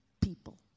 people